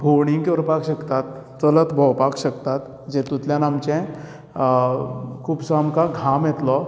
भोंवडी करपाक शकतात चलत भोंवपाक शकतात जेतूंतल्यान आमचे खुबसो आमकां घाम येतलो